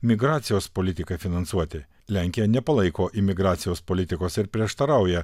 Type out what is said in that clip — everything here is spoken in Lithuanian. migracijos politikai finansuoti lenkija nepalaiko imigracijos politikos ir prieštarauja